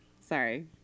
Sorry